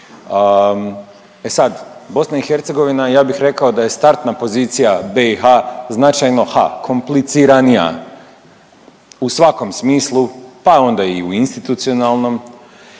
E sad, BiH ja bih rekao da je startna pozicija BiH značajno ha kompliciranija u svakom smislu, pa ona i u institucionalnom,